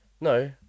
No